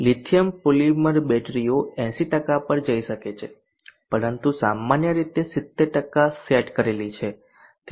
lithium polymer બેટરીઓ 80 પર જઈ શકે છે પરંતુ સામાન્ય રીતે 70 સેટ કરેલી છે